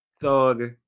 Thug